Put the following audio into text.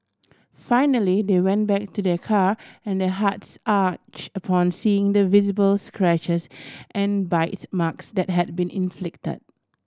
finally they went back to their car and their hearts ache upon seeing the visible scratches and bite marks that had been inflicted